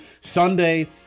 Sunday